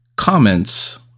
comments